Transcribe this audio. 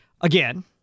Again